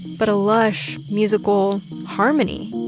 but a lush musical harmony